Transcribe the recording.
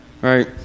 Right